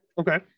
Okay